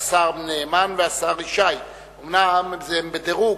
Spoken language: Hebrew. השר נאמן והשר ישי, אומנם הם בדירוג,